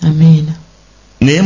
Amen